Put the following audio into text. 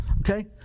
Okay